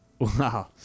Wow